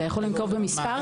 אתה יכול לנקוב במספר?